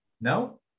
No